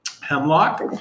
Hemlock